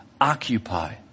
Occupy